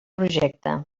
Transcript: projecte